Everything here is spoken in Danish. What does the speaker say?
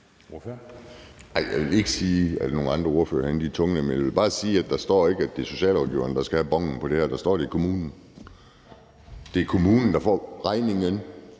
Jeg vil ikke sige, at andre ordførere herinde er tungnemme. Jeg vil bare sige, at der ikke står, at det er socialrådgiverne, der skal have bonen for det her; der står, at det er kommunen. Det er kommunen, der får regningen;